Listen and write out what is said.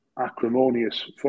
acrimonious